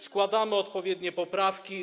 Składamy odpowiednie poprawki.